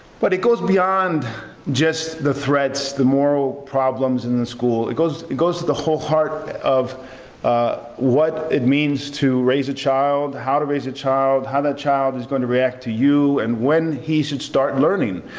but it goes beyond just the threats, the moral problems in the school. it goes it goes to the whole heart of what it means to raise a child, how to raise a child, how that child is going to react to you, and when he should start learning,